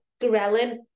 ghrelin